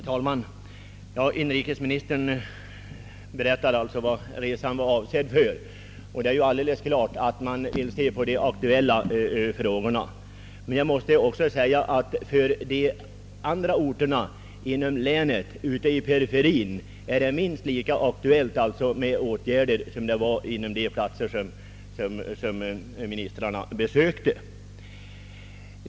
Herr talman! Inrikesministern berättar alltså vad resan avsåg, och det är alldeles klart att man vill se på de aktuella frågorna. Jag måste säga att det för de andra orterna i länet, ute i periferin, är minst lika aktuellt med åtgärder som för de platser som ministrarna besökte.